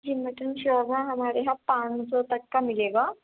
جی mutton شورما ہمارے یہاں پانچ سو تک کا ملے گا